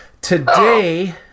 today